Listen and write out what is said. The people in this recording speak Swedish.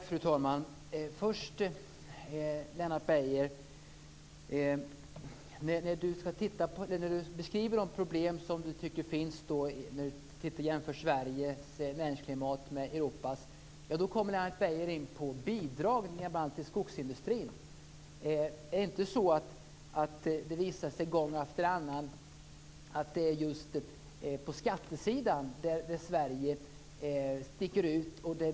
Fru talman! När Lennart Beijer beskriver de problem som han tycker finns och jämför Sveriges näringsklimat med Europas i övrigt kommer han in på bidrag bl.a. till skogsindustrin. Det har visat sig gång efter annan att det är just på skattesidan Sverige sticker ut.